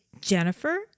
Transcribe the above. Jennifer